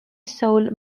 sold